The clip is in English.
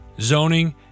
zoning